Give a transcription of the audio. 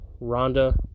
Rhonda